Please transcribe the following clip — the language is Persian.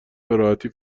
بهراحتی